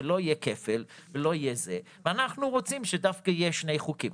שלא יהיה כפל ולא יהיה זה ואנחנו רוצים שדווקא יהיו שני חוקים.